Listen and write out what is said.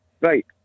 Right